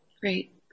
Great